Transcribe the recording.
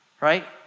right